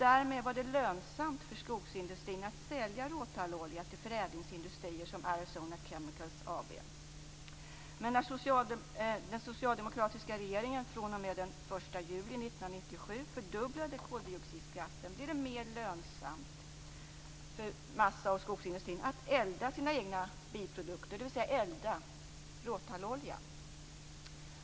Därmed blev det lönsamt för skogsindustrin att sälja råtallolja till förädlingsindustrier som Arizona Chemical AB. När den socialdemokratiska regeringen fr.o.m. den 1 juli 1997 fördubblade koldioxidskatten blev det dock mer lönsamt för skogs och massaindustrin att elda sina egna biprodukter, dvs. att elda råtallolja.